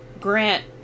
Grant